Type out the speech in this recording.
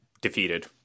defeated